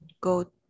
go